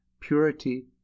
purity